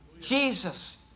Jesus